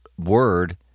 word